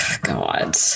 God